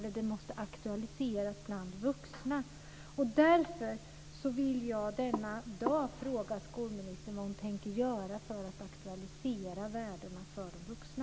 De måste finna det. Det måste aktualiseras bland vuxna.